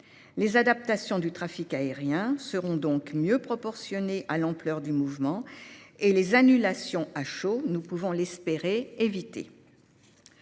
Les adaptations du trafic aérien seront donc mieux proportionnées à l'ampleur du mouvement, et les annulations à chaud pourront ainsi, nous